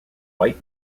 white